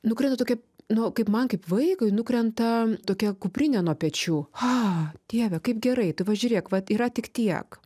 nukrito tokia nu kaip man kaip vaikui nukrenta tokia kuprinė nuo pečių ha dieve kaip gerai tu va žiūrėk vat yra tik tiek